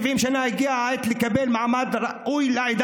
שנה הגיעה העת לתת מעמד ראוי לחברה